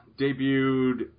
debuted